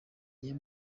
niyo